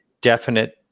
definite